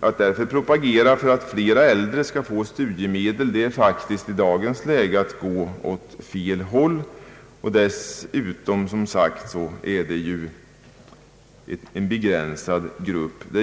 Att propagera för att flera äldre skall få studiemedel är faktiskt att i dagens läge gå åt fel håll. Det gäller här dessutom som sagt en begränsad grupp.